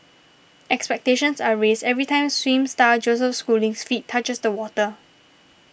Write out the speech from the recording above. expectations are raised every time swim star Joseph Schooling's feet touches the water